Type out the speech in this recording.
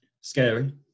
scary